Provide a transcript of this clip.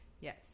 yes